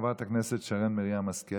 חברת הכנסת שרן מרים השכל,